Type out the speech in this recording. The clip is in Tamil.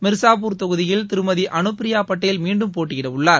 மிர்சாபூர் தொகுதியில் திருமதி அனுபிரியா படேல் மீண்டும் போட்டியிட உள்ளார்